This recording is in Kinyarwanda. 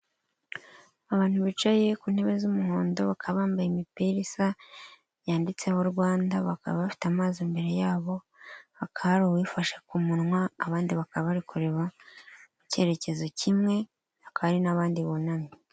Abantu bicaye ku ntebe z'umuhondo bakaba bambaye imipira isa yanditseho Rwanda, bakaba bafite amazi imbere yabo, hakaba hari uwifasha ku munwa abandi bakaba bari kureba mu cyerekezo kimwe hakaba hari n'abandi bunamye.